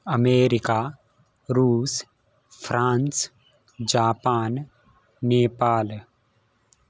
America रूस् France Japan Nepal